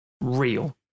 real